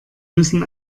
müssen